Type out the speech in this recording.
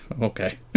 Okay